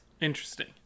Interesting